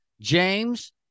James